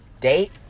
date